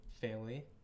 family